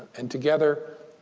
and together,